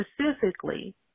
specifically